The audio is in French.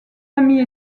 amis